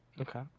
Okay